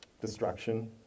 destruction